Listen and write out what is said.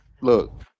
look